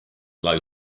low